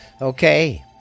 Okay